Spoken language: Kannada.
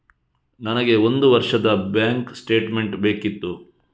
ನನಗೆ ಒಂದು ವರ್ಷದ ಬ್ಯಾಂಕ್ ಸ್ಟೇಟ್ಮೆಂಟ್ ಬೇಕಿತ್ತು